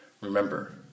Remember